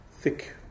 Thick